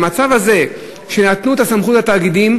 שנתנו את הסמכות לתאגידים,